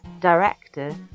director